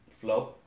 Flow